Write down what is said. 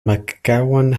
mcgowan